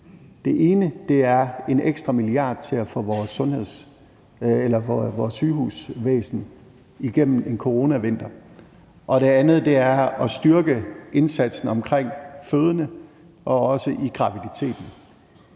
Det ene er en ekstra milliard til at få vores sygehusvæsen igennem en coronavinter, og det andet er at styrke indsatsen omkring fødende, også i graviditeten.